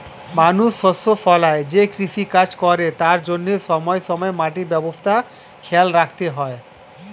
মানুষ শস্য ফলায় যে কৃষিকাজ করে তার জন্যে সময়ে সময়ে মাটির অবস্থা খেয়াল রাখতে হয়